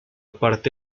parte